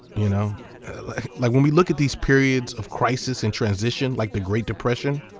you know like when we look at these periods of crisis and transition like the great depression,